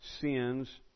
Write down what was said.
sins